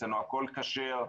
אצלנו הכול כשר.